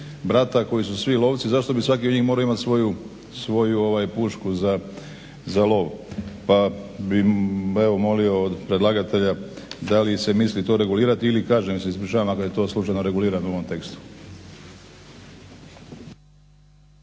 brata koji su svi lovci zašto bi svaki od njih morao imati svoju pušku za lov? Pa bih evo molio od predlagatelja da li se misli to regulirati ili kažem ja se ispričavam ako je to slučajno regulirano u ovom tekstu.